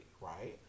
right